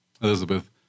Elizabeth